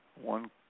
one